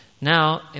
Now